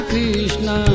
Krishna